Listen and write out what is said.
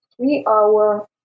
three-hour